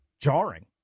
jarring